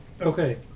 Okay